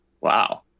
Wow